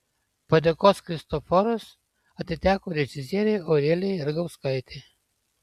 padėkos kristoforas atiteko režisierei aurelijai ragauskaitei